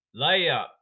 Layup